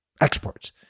exports